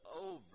over